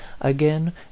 again